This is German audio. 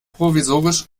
provisorisch